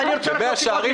הכסף הזה מיועד,